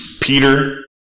Peter